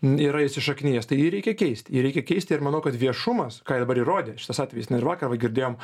yra įsišaknijęs tai jį reikia keisti jį reikia keisti ir manau kad viešumas ką dabar įrodė šitas atvejis ir vakar va girdėjom